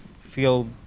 feel